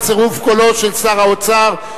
בצירוף קולו של שר האוצר,